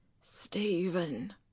Stephen